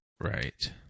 Right